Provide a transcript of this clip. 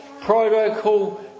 protocol